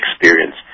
experience